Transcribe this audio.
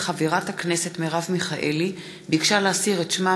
כי חברת הכנסת מרב מיכאלי ביקשה להסיר את שמה